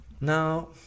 Now